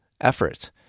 effort